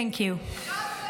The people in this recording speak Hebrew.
Thank you.